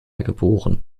geboren